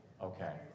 okay